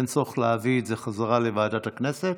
אין צורך להביא את זה חזרה לוועדת הכנסת.